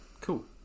cool